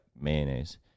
mayonnaise